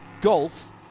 Golf